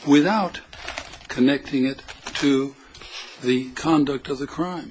without connecting it to the conduct of the crime